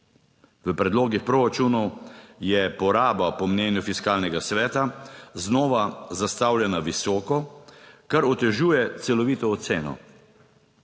V predlogih proračunov je poraba po mnenju Fiskalnega sveta znova zastavljena visoko, kar otežuje celovito oceno.